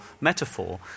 metaphor